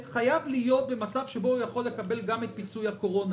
חייב להיות במצב שבו הוא יכול לקבל גם את פיצוי הקורונה.